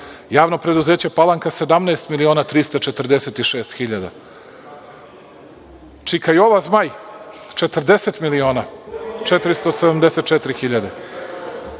javno preduzeće „Palanka“, 17 miliona 346 hiljada, „Čika Jova Zmaj“, 40 miliona 474 hiljade,